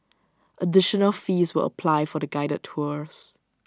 additional fees will apply for the guided tours